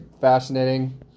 fascinating